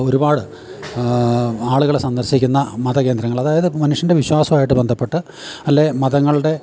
ഒരുപാട് ആളുകള് സന്ദർശിക്കുന്ന മത കേന്ദ്രങ്ങൾ അതായത് മനുഷ്യൻ്റെ വിശ്വാസവുമായിട്ടു ബന്ധപ്പെട്ട് അല്ലേ മതങ്ങൾടെ